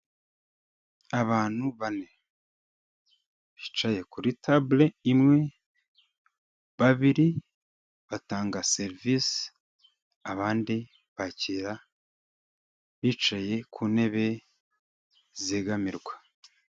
Abantu bane bicaye kuri tabure imwe, babiri batanga serivisi, abandi bakira bicaye ku ntebe zegamirwa.